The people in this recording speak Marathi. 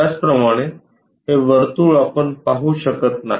त्याचप्रमाणे हे वर्तुळ आपण पाहू शकत नाही